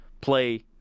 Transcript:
play